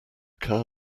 car